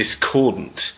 discordant